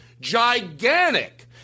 gigantic